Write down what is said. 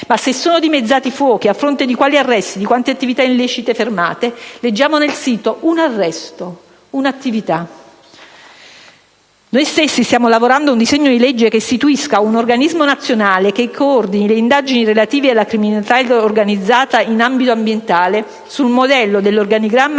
Se sono dimezzati i fuochi, a fronte di quanti arresti effettuati e quante attività illecite fermate? Leggiamo sul sito che è stato compiuto un arresto, un'attività è stata fermata. Noi stessi stiamo lavorando a un disegno di legge che istituisca un organismo nazionale che coordini le indagini relative alla criminalità organizzata in ambito ambientale, sul modello dell'organigramma